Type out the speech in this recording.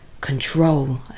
control